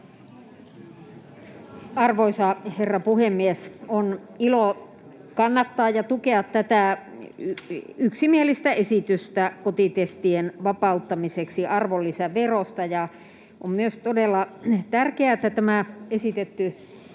Arvoisa herra puhemies! On ilo kannattaa ja tukea tätä yksimielistä esitystä kotitestien vapauttamiseksi arvonlisäverosta, ja on myös todella tärkeää, että tämä esitetty